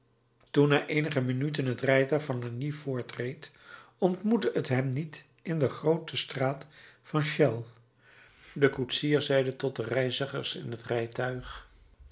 na eenige minuten het rijtuig naar lagny voortreed ontmoette t hem niet in de groote straat van chelles de koetsier zeide tot de reizigers in t rijtuig